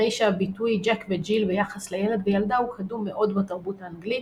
הרי שהביטוי "ג'ק וג'יל" ביחס לילד וילדה הוא קדום מאוד בתרבות האנגלית,